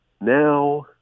now